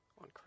on